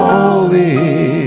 Holy